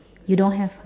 you don't have ah